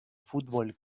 fútbol